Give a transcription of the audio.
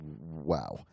Wow